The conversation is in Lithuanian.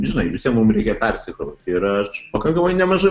žinai visiem mums reikia persikraut ir aš pakankamai nemažai